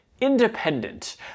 independent